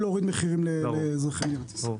להוריד את המחירים לאזרחי מדינת ישראל.